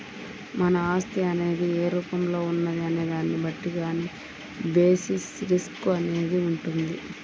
మన ఆస్తి అనేది ఏ రూపంలో ఉన్నది అనే దాన్ని బట్టి దాని బేసిస్ రిస్క్ అనేది వుంటది